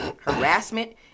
harassment